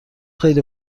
خیلی